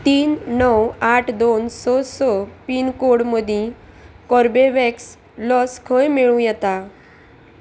तीन णव आठ दोन स स पिनकोड मदीं कोर्बेवॅक्स लस खंय मेळूं येता